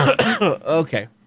Okay